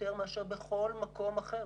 יותר מאשר בכל מקום אחר.